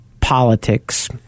politics